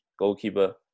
Goalkeeper